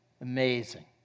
Amazing